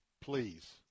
please